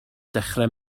dechrau